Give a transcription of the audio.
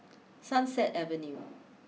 Sunset Avenue